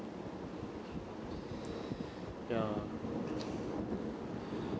ya